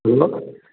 hello